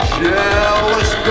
jealous